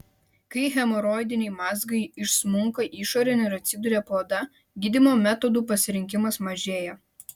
kai hemoroidiniai mazgai išsmunka išorėn ir atsiduria po oda gydymo metodų pasirinkimas mažėja